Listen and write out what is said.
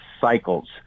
cycles